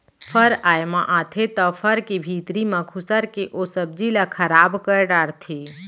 फर आए म आथे त फर के भीतरी म खुसर के ओ सब्जी ल खराब कर डारथे